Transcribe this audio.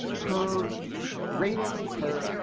her ratings, her,